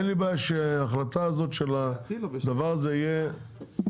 אין לי בעיה שההחלטה הזאת של הדבר הזה יהיה בסמכות